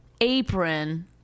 Apron